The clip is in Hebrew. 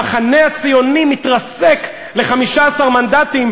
המחנה הציוני מתרסק ל-15 מנדטים,